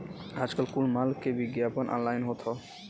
आजकल कुल माल के विग्यापन ऑनलाइन होत हौ